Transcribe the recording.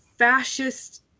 fascist